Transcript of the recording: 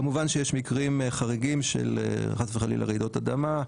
כמובן שיש מקרים חריגים של חס וחלילה רעידות אדמה,